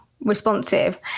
responsive